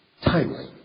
timely